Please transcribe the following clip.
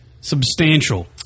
substantial